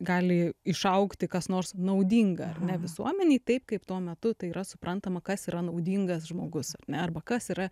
gali išaugti kas nors naudinga ar ne visuomenei taip kaip tuo metu tai yra suprantama kas yra naudingas žmogus ar ne arba kas yra